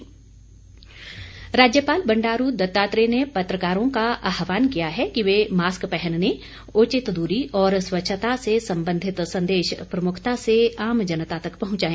राज्यपाल राज्यपाल बंडारू दत्तात्रेय ने पत्रकारों का आह्वान किया है कि वे मास्क पहनने उचित दूरी और स्वच्छता से संबंधित संदेश प्रमुखता से आम जनता तक पहुंचाए